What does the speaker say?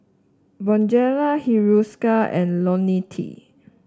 Bonjela Hiruscar and IoniL T